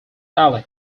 alec